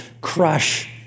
crush